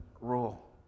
Rule